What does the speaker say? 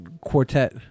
quartet